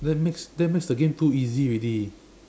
that makes that makes the game too easy already